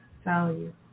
value